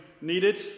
needed